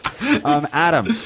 Adam